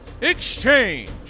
Exchange